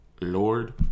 lord